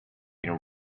been